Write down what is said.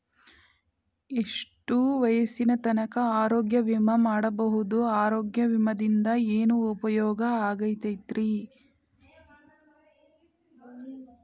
ಎಷ್ಟ ವಯಸ್ಸಿನ ತನಕ ಆರೋಗ್ಯ ವಿಮಾ ಮಾಡಸಬಹುದು ಆರೋಗ್ಯ ವಿಮಾದಿಂದ ಏನು ಉಪಯೋಗ ಆಗತೈತ್ರಿ?